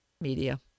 Media